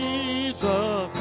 Jesus